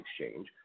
Exchange